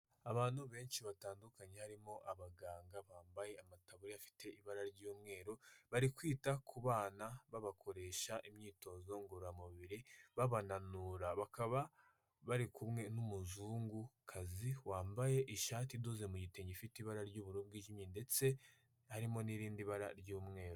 Abantu benshi batandukanye harimo abaganga bambaye amataburiya afite ibara ry'umweru, bari kwita ku bana babakoresha imyitozo ngororamubiri, babananura. Bakaba bari kumwe n'umuzungukazi wambaye ishati idoze mu gitenge, ifite ibara ry'ubururu bwijimye ndetse harimo n'irindi bara ry'umweru.